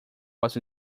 was